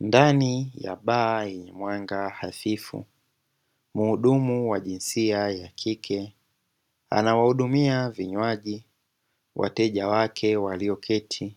Ndani ya baa yenye mwanga hafifu, mhudumu wa jinsia ya kike, anawahudumia vinywaji wateja wake walioketi